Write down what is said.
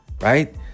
right